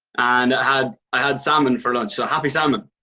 and had i had salmon for lunch, so happy salmon.